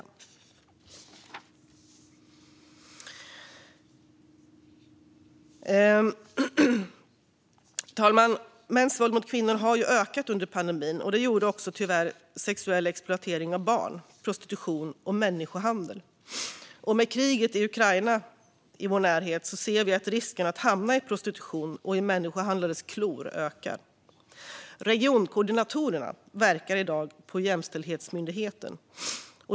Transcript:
Fru talman! Mäns våld mot kvinnor har ökat under pandemin. Det gjorde tyvärr också sexuell exploatering av barn, prostitution och människohandel. Med kriget i Ukraina i vår närhet ser vi att risken att hamna i prostitution och i människohandlares klor ökar. Regionkoordinatorerna verkar i dag på Jämställdhetsmyndigheten.